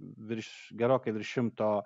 virš gerokai virš šimto